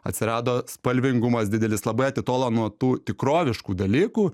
atsirado spalvingumas didelis labai atitolo nuo tų tikroviškų dalykų